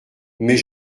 mais